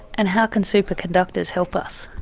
and how can superconductors help us?